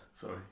Sorry